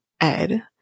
Ed